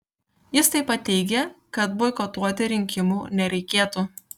jis taip pat teigė kad boikotuoti rinkimų nereikėtų